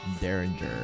Derringer